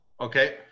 okay